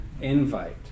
invite